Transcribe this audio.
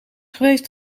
geweest